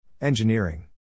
Engineering